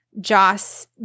Joss